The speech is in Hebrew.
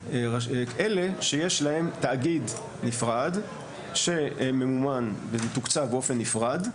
אלה שיש להם תאגיד נפרד שממומן ומתוקצב באופן נפרד,